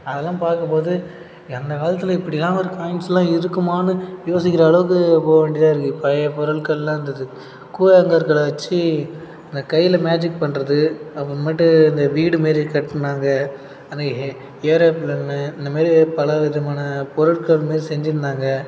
அதெலாம் பார்க்கம்போது எங்கள் காலத்தில் இப்படிலாம் ஒரு காயின்ஸ்லாம் இருக்குமான்னு யோசிக்கிற அளவுக்கு போ வேண்டியதாக இருக்கு பழைய பொருட்கள்லாம் இருந்துது கூழாங்கற்களை வச்சு அந்த கையில் மேஜிக் பண்ணுறது அப்புறமேட்டு இந்த வீடுமாரி கட்டுனாங்க அந்த ஏ ஏரோ பிளேனு இந்தமாரி பல விதமான பொருட்கள்மாரி செஞ்சுருந்தாங்க